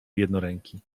jednoręki